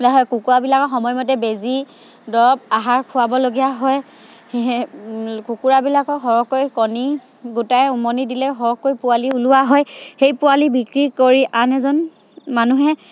কুকুৰাবিলাকৰ সময়মতে বেজী দৰৱ আহাৰ খোৱাবলগীয়া হয় সেয়েহে কুকুৰাবিলাকৰ সৰহকৈ কণী গোটাই উমনি দিলে সৰহকৈ পোৱালি ওলোৱা হয় সেই পোৱালি বিক্ৰী কৰি আন এজন মানুহে